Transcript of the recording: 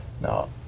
Now